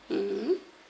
mmhmm